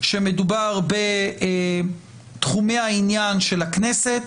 כשמדובר בתחומי העניין של הכנסת,